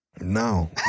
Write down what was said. No